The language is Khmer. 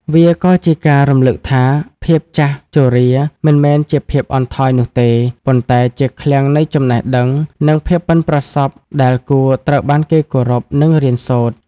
វាក៏ជាការរំលឹកថា ភាពចាស់ជរាមិនមែនជាភាពអន់ថយនោះទេ ប៉ុន្តែជាឃ្លាំងនៃចំណេះដឹង និងភាពប៉ិនប្រសប់ដែលគួរត្រូវបានគេគោរព និងរៀនសូត្រ។